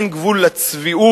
אין גבול לצביעות,